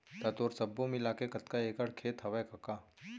त तोर सब्बो मिलाके कतका एकड़ खेत हवय कका?